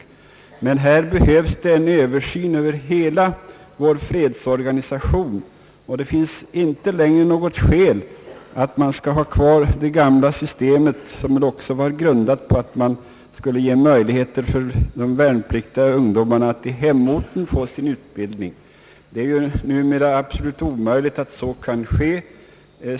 Här behövs en översyn av hela vår fredsorganisation, och det finns inte längre något skäl att ha kvar det gamla systemet, som också var grundat på att man skulle skaffa möjligheter för de värnpliktiga att få sin utbildning i hemorten. Det är ju numera absolut omöjligt att så kan ske.